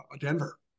Denver